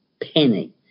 penny